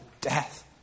death